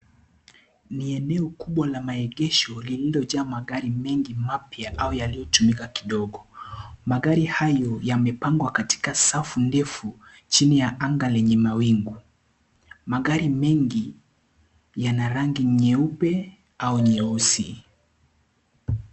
Ni eneo kubwa la maegesho, lililojaa magari mengi, mapya ambaye yaliyotumika kidogo. Magari hayo yamepangwa katika safu ndefu, chini ya anga yenye mawingu. Magari mengi, yana rangi nyeupe au nyeusi.